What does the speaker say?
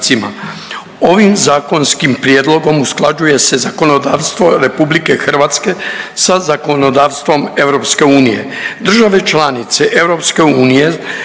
Ovim zakonskim prijedlogom usklađuje se zakonodavstvo RH sa zakonodavstvom EU. Države članice EU